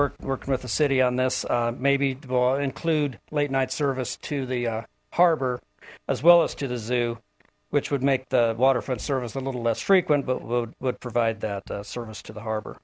working with the city on this maybe include late night service to the harbor as well as to the zoo which would make the waterfront service a little less frequent but would provide that service to the harbor